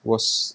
was